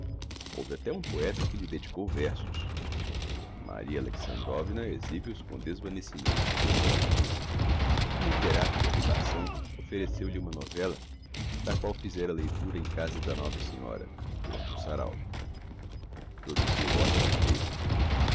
houve até um poeta que lhe dedicou versos maria alexandrovna exhibe os com desvanecimento um litterato de arribação offereceu-lhe uma novélla da qual fizera leitura em casa da nobre senhora durante um sarau produziu optimo effeito